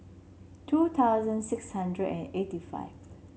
two thousand six hundred and eighty five